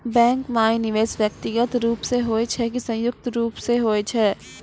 Bank माई निवेश व्यक्तिगत रूप से हुए छै की संयुक्त रूप से होय छै?